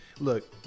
Look